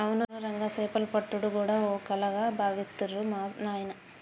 అవును రంగా సేపలు పట్టుడు గూడా ఓ కళగా బావిత్తరు మా నాయిన